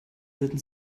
würden